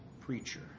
preacher